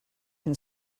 can